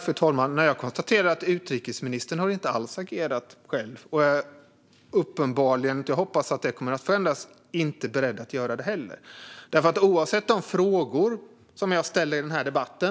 Fru talman! Jag konstaterar att utrikesministern inte alls har agerat själv och uppenbarligen, vilket jag hoppas kommer att förändras, inte är beredd att göra det heller. Oavsett vilka frågor jag ställer i denna debatt